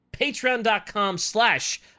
Patreon.com/slash